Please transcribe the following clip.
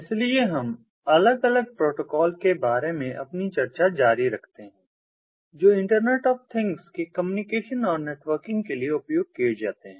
इसलिए हम अलग अलग प्रोटोकॉल के बारे में अपनी चर्चा जारी रखते हैं जो इंटरनेट ऑफ थिंग्स के कम्युनिकेशन और नेटवर्किंग के लिए उपयोग किए जाते हैं